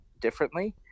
differently